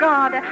God